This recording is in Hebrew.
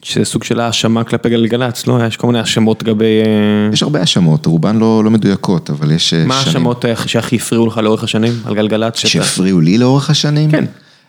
שזו סוג של האשמה כלפי גלגלץ, יש כל מיני האשמות לגבי... יש הרבה האשמות, רובן לא מדויקות, אבל יש שנים. מה ההאשמות שהכי הפריעו לך לאורך השנים על גלגלץ? שהפריעו לי לאורך השנים? כן.